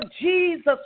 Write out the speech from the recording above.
Jesus